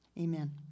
Amen